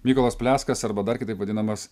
mykolas pleskas arba dar kitaip vadinamas